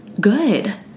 Good